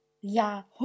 Ja